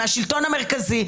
מהשלטון המרכזי,